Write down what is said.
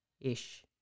ish